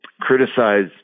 criticize